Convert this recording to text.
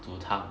煮汤